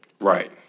Right